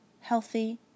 healthy